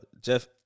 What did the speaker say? jeff